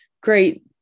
great